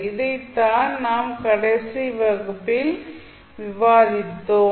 இதை தான் நாம் கடைசி வகுப்பில் விவாதித்தோம்